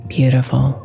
Beautiful